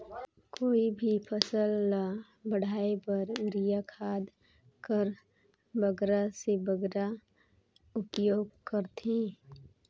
कोई भी फसल ल बाढ़े बर युरिया खाद कर बगरा से बगरा उपयोग कर थें?